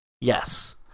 Yes